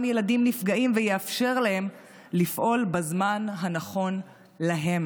ילדים נפגעים ויאפשר להם לפעול בזמן הנכון להם.